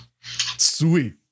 Sweet